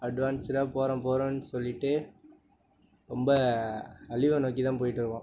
அட்வான்ஸுடாக போகறேன் போகறேன்னு சொல்லிவிட்டு ரொம்ப அழிவை நோக்கி தான் போயிட்டுருக்கோம்